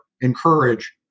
encourage